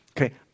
Okay